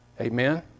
Amen